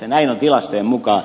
näin on tilastojen mukaan